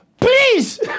please